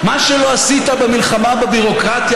מה שלא עשית במלחמה בביורוקרטיה